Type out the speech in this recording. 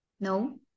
No